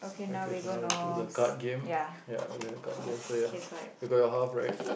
okay so now we'll do the card game ya the card game so ya you got your half right